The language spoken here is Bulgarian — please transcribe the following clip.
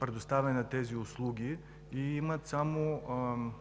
предоставяне на тези услуги и имат само